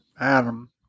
Adam